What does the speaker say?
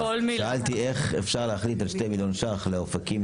שאלתי איך אפשר להחליט על 2 מיליון ש"ח לאופקים,